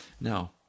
Now